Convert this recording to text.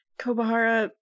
Kobahara